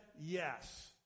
yes